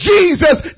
Jesus